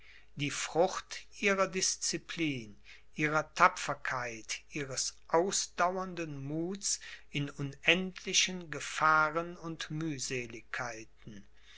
die frucht ihrer disciplin ihrer tapferkeit ihres ausdauernden muths in unendlichen gefahren und